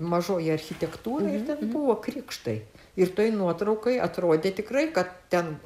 mažoji architektūra ir ten buvo krikštai ir toj nuotraukoj atrodė tikrai kad ten